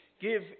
Give